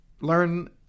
learn